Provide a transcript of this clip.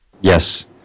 yes